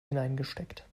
hineingesteckt